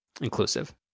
inclusive